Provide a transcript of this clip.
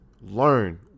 learn